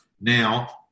Now